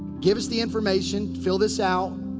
give us the information. fill this out.